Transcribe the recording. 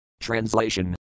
Translation